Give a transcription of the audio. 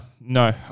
no